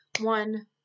one